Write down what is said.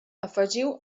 afegiu